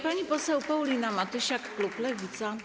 Pani poseł Paulina Matysiak, klub Lewica.